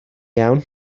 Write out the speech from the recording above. iawn